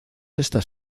estas